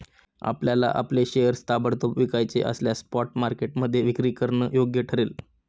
आपल्याला आपले शेअर्स ताबडतोब विकायचे असल्यास स्पॉट मार्केटमध्ये विक्री करणं योग्य ठरेल